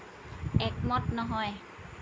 একমত নহয়